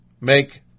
make